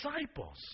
disciples